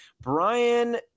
Brian